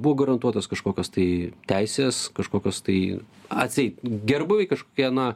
buvo garantuotos kažkokios tai teisės kažkokios tai atseit gerbuviai kažkokie na